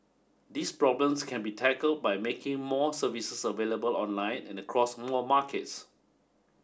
these problems can be tackled by making more services available online and across more markets